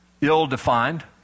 ill-defined